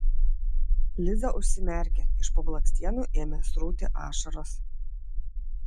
liza užsimerkė iš po blakstienų ėmė srūti ašaros